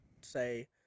say